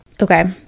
Okay